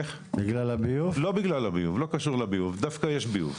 לא בגלל הביוב, לא קשור לביוב, דווקא יש ביוב.